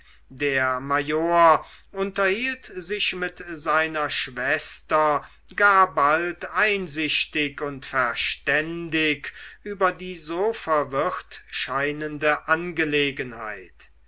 der major unterhielt sich mit seiner schwester gar bald einsichtig und verständig über die so verwirrt scheinende angelegenheit